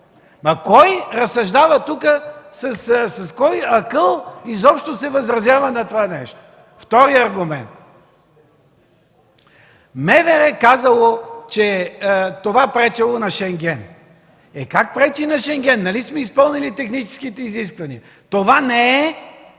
Ама кой разсъждава тук и с кой акъл изобщо се възразява на това нещо?! Вторият аргумент – МВР казало, че това пречело на Шенген. Е, как пречи на Шенген? Нали сме изпълнили техническите изисквания? Това не е